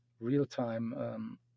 real-time